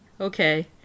Okay